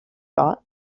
thought